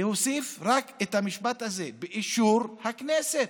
להוסיף רק את המשפט הזה: באישור הכנסת.